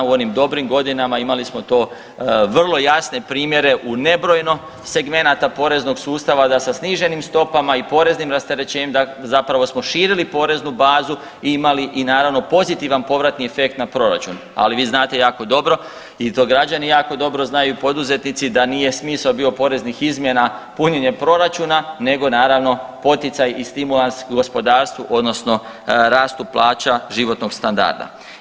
U onim dobrim godinama imali smo to vrlo jasne primjere u nebrojeno segmenata poreznog sustava da sa sniženim stopama i poreznim rasterećenjem da zapravo smo širili poreznu bazu i imali i naravno pozitivan povratni efekt na proračun, ali vi znate jako dobro i to građani jako dobro znaju i poduzetnici da nije smisao bio poreznih izmjena punjenje proračuna nego naravno poticaj i stimulans gospodarstvu odnosno rastu plaća životnog standarda.